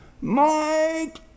Mike